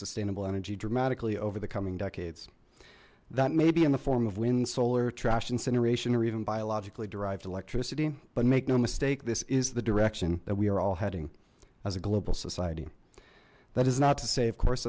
sustainable energy dramatically over the coming decades that may be in the form of wind solar trash incineration or even biologically derived electricity but make no mistake this is the direction that we are all heading as a global society that is not to say of course